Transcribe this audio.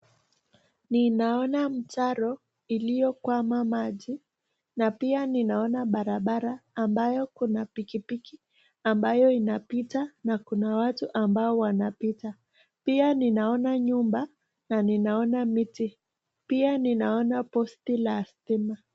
Ninaona mtaro iliyokwama maji na pia ninaona barabara ambayo kuna pikipiki ambayo inapita na kuna watu ambao wanapita. Pia ninaona nyumba na ninaona miti. Pia ninaona posti la stima.